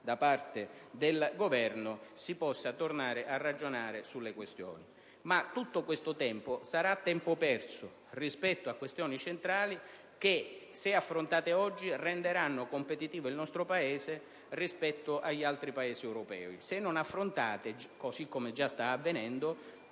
da parte del Governo, si possa tornare a ragionare sulle questioni. Tuttavia, tutto questo tempo sarà tempo perso rispetto a questioni centrali che, se affrontate oggi, renderanno competitivo il nostro Paese rispetto agli altri Paesi europei; se non affrontate, così come sta avvenendo,